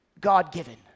God-given